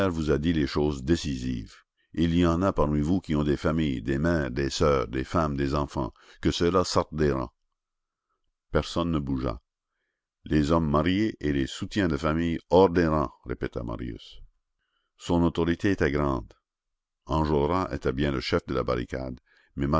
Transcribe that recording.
vous a dit les choses décisives il y en a parmi vous qui ont des familles des mères des soeurs des femmes des enfants que ceux-là sortent des rangs personne ne bougea les hommes mariés et les soutiens de famille hors des rangs répéta marius son autorité était grande enjolras était bien le chef de la barricade